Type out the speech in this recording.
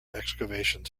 excavations